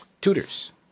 tutors